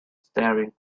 staring